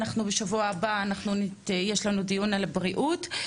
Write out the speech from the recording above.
בשבוע הבא יש לנו דיון על הבריאות.